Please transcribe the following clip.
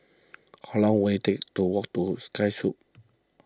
how long will it take to walk to Sky Suites